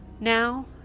Now